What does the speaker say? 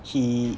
he